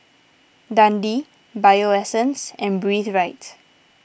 Dundee Bio Essence and Breathe Right